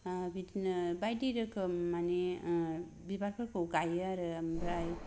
ओ बिदिनो बायदि रोखोम माने ओ बिबारफोरखौ गायो आरो ओमफ्राय